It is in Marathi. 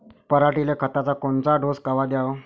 पऱ्हाटीले खताचा कोनचा डोस कवा द्याव?